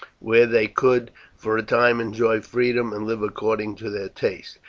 where they could for a time enjoy freedom and live according to their tastes.